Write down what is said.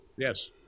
Yes